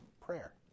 prayer